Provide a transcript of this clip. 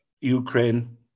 Ukraine